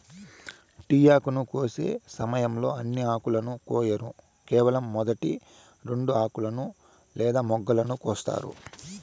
tea ఆకును కోసే సమయంలో అన్ని ఆకులను కొయ్యరు కేవలం మొదటి రెండు ఆకులను లేదా మొగ్గలను కోస్తారు